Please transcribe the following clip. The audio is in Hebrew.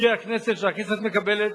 חוקי הכנסת, שהכנסת מקבלת,